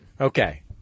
Okay